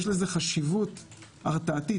יש לזה חשיבות הרתעתית.